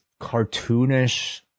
cartoonish